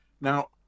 Now